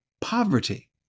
poverty